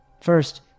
First